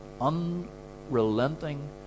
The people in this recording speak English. unrelenting